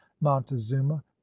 montezuma